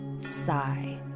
sigh